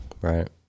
Right